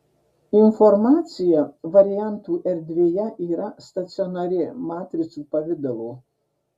informacija variantų erdvėje yra stacionari matricų pavidalo